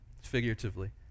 Figuratively